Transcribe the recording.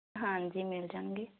ਹਾਂਜੀ ਮਿਲ ਜਾਣਗੇ